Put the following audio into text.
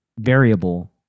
variable